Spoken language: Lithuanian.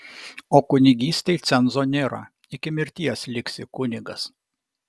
o kunigystei cenzo nėra iki mirties liksi kunigas